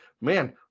man